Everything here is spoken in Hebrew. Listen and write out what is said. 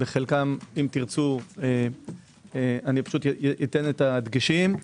בחלקם אם תרצו, אתן את הדגשים,